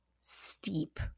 steep